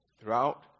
Throughout